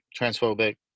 transphobic